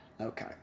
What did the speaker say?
Okay